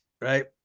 right